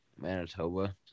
Manitoba